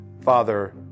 Father